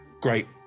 Great